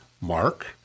mark